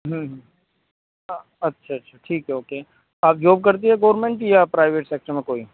ہوں ہوں اچھا اچھا ٹھیک ہے اوکے آپ جاب کرتی ہیں گورنمنٹ کی یا پرائیویٹ سکٹر میں کوئی